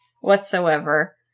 whatsoever